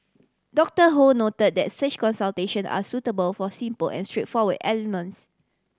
Doctor Ho noted that such consultation are suitable for simple and straightforward ailments